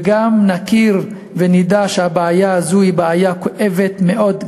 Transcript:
וגם נכיר ונדע שהבעיה הזו היא בעיה כואבת מאוד,